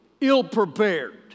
ill-prepared